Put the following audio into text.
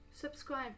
Subscribe